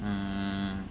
mm